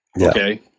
okay